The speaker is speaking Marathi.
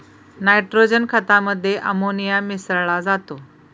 नायट्रोजन खतामध्ये अमोनिया मिसळा जातो